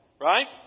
Right